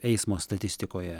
eismo statistikoje